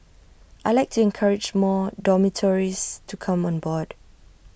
I Like to encourage more dormitories to come on board